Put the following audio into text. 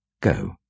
Go